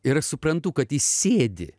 ir aš suprantu kad jis sėdi